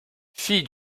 fille